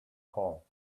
hall